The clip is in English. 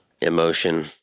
emotion